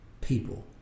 people